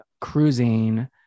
cruising